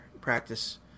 practice